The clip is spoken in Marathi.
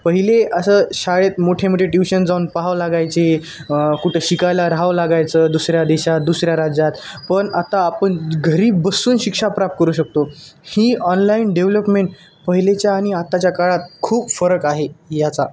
पहिले असं शाळेत मोठे मोठे ट्युशन जाऊन पाहावं लागायचे कुठं शिकायला राहावं लागायचं दुसऱ्या देशात दुसऱ्या राज्यात पण आता आपन घरी बसून शिक्षा प्राप्त करू शकतो ही ऑनलाईन डेव्हलपमेंट पहिलेच्या आणि आत्ताच्या काळात खूप फरक आहे याचा